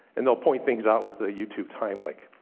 and they'll point things out with the youtube time like